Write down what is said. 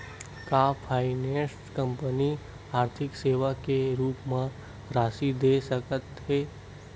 का finance company आर्थिक सेवा के रूप म राशि दे सकत हे?